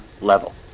level